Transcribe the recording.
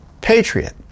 Patriot